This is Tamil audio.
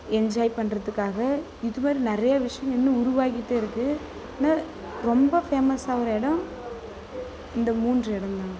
என்ஜாய் பண்ணுறதுக்காக இதுமாதிரி நிறையா விஷயம் இன்னும் உருவாகிகிட்டே இருக்கு ஆனால் ரொம்ப ஃபேமஸாக ஒரு இடம் இந்த மூன்று இடம் தான்